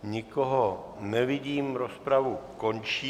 Nikoho nevidím, rozpravu končím.